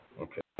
Okay